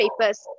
papers